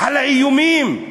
על האיומים?